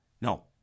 No